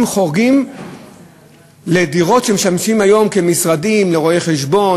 חורגים לדירות שמשמשות היום כמשרדים לרואי-חשבון,